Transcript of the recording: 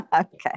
Okay